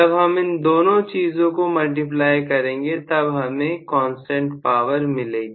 जब हम इन दोनों चीजों को मल्टीप्लाई करेंगे तब हमें एक कांस्टेंट पावर मिलेगी